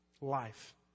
life